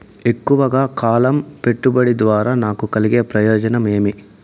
ఎక్కువగా కాలం పెట్టుబడి ద్వారా నాకు కలిగే ప్రయోజనం ఏమి?